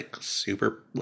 super